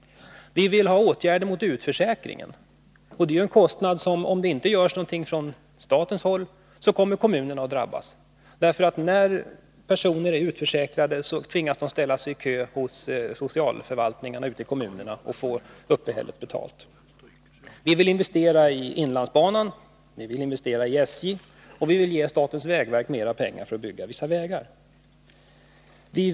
Vi vill ha åtgärder mot utförsäkringen. Det är en kostnad som, om det inte görs någonting från statens håll, kommunerna kommer att drabbas av, därför att när personer är utförsäkrade tvingas de ställa sig i kö hos socialförvaltningarna ute i kommunerna och få uppehället betalt. Vi vill investera i inlandsbanan, vi vill investera i SJ, och vi vill ge statens vägverk mera pengar för att bygga vissa vägar.